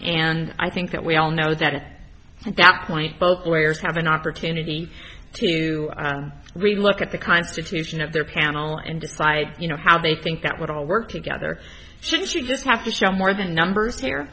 and i think that we all know that at that point both lawyers have an opportunity to really look at the constitution of their panel and decide you know how they think that would all work together since you just have to show more than numbers here